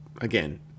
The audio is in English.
Again